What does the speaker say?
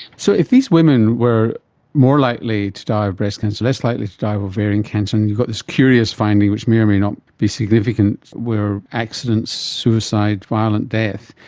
so if these women were more likely to die of breast cancer, less likely to die of ovarian cancer, and you've got this curious finding which may or may not be significant where accidents, suicide, violent death,